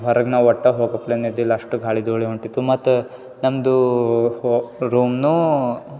ಹೊರಗೆ ನಾವು ಒಟ್ಟು ಹೋಗೊ ಪ್ಲ್ಯಾನ್ ಇದ್ದಿಲ್ಲ ಅಷ್ಟು ಗಾಳಿ ಧೂಳು ಹೊಂಟಿತ್ತು ಮತ್ತು ನಮ್ಮದು ಹೋ ರೂಮ್ನೂ